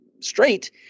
straight